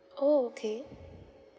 orh okay